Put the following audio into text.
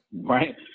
Right